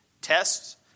tests